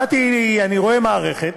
באתי, אני רואה מערכת